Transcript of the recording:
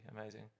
amazing